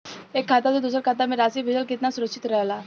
एक खाता से दूसर खाता में राशि भेजल केतना सुरक्षित रहेला?